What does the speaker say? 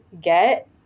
get